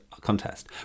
contest